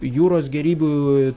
jūros gėrybių